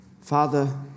Father